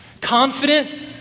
Confident